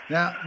Now